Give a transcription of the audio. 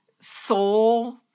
soul